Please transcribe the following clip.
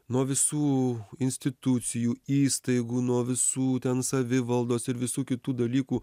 nuo visų institucijų įstaigų nuo visų ten savivaldos ir visų kitų dalykų